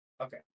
Okay